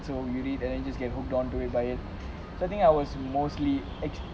so we read and then just get hooked onto it by it so I think I was mostly actually